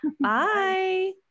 Bye